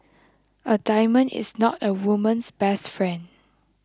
a diamond is not a woman's best friend